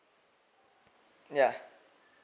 yeah